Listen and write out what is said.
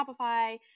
Shopify